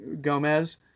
Gomez